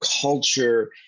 culture